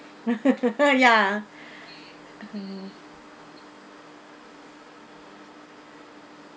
ya